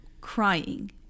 crying